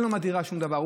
אין לו מהדירה שום דבר.